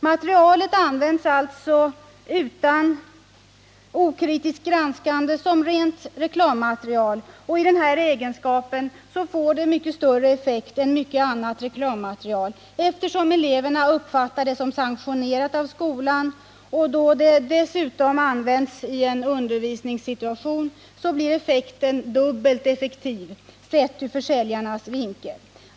Materialet används alltså utan okritiskt granskande som rent reklammaterial, och i denna egenskap får det större effekt än mycket annat reklammaterial. Eleverna uppfattar det nämligen som sanktionerat av skolan, och då det dessutom används i en undervisningssituation blir effekten dubbelt effektiv, sett ur försäljarnas vinkel.